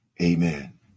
Amen